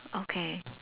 okay